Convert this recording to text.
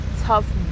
tough